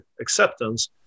acceptance